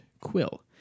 Quill